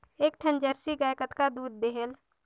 एक ठन जरसी गाय कतका दूध देहेल?